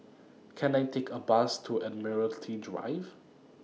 Can I Take A Bus to Admiralty Drive